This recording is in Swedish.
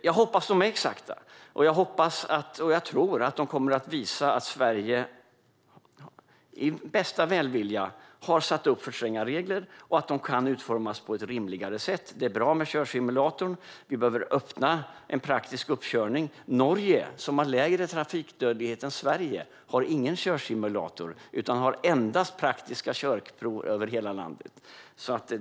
Jag hoppas att siffrorna är exakta, och jag tror att de kommer att visa att Sverige i bästa välvilja har satt upp för stränga regler och att de kan utformas på ett rimligare sätt. Det är bra med körsimulatorn, och vi behöver öppna för en praktisk uppkörning. Norge, som har lägre trafikdödlighet än Sverige, har ingen körsimulator utan endast praktiska körprov över hela landet.